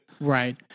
Right